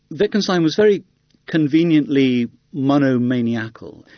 wittgenstein was very conveniently mono-maniacal.